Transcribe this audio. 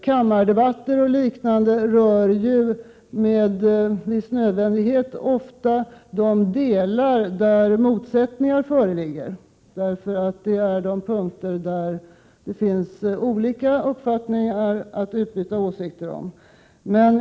Kammardebatter och liknande rör ju ofta, med viss nödvändighet, de frågor där motsättningar föreligger, därför att det då finns olika uppfattningar att utbyta åsikter om.